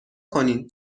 کنین